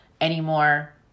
anymore